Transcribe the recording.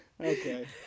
Okay